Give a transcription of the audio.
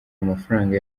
amafaranga